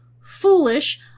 foolish